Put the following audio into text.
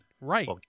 Right